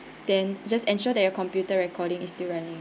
then just ensure that your computer recording is still running